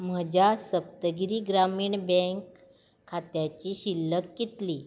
म्हज्या सप्तगिरी ग्रामीण बँक खात्याची शिल्लक कितली